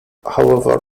however